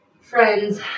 friends